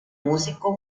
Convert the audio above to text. músico